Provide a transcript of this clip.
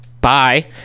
bye